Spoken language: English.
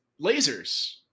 lasers